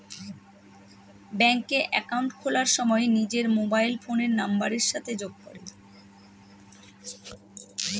ব্যাঙ্কে একাউন্ট খোলার সময় নিজের মোবাইল ফোনের নাম্বারের সাথে যোগ করে